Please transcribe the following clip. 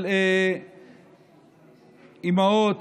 של אימהות